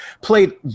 played